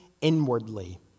inwardly